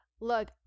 Look